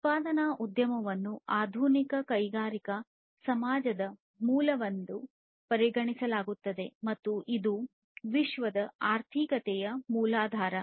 ಉತ್ಪಾದನಾ ಉದ್ಯಮವನ್ನು ಆಧುನಿಕ ಕೈಗಾರಿಕಾ ಸಮಾಜದ ಮೂಲವೆಂದು ಪರಿಗಣಿಸಲಾಗುತ್ತದೆ ಮತ್ತು ಇದು ವಿಶ್ವ ಆರ್ಥಿಕತೆಯ ಮೂಲಾಧಾರ